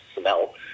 smell